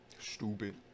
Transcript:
Stupid